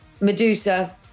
Medusa